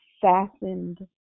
fastened